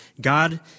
God